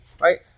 right